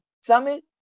summit